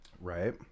right